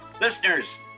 Listeners